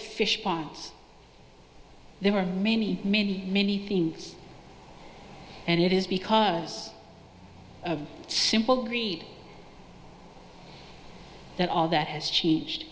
fish ponds there were many many many things and it is because of simple greed that all that has changed